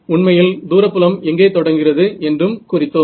உண்மையில் தூர புலம் எங்கே தொடங்குகிறது என்றும் குறித்தோம்